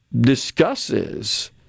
discusses